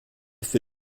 für